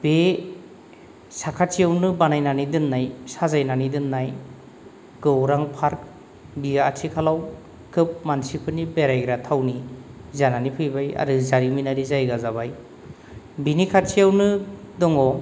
बे साखाथियावनो बानायनानै दोननाय साजायनानै दोननाय गौरां पार्क बि आथिखालाव खोब मानसिफोरनि बेरायग्रा थावनि जानानै फैबाय आरो जारिमिनारि जायगा जाबाय बिनि खाथियावनो दङ